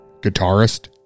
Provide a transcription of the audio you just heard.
guitarist